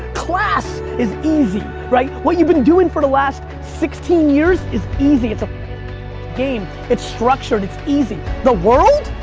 class is easy! right? what you've been doing for the last sixteen years is easy. it's a game, it's structured, it's easy. the world!